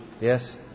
Yes